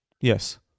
yes